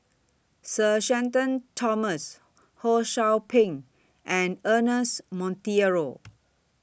Sir Shenton Thomas Ho SOU Ping and Ernest Monteiro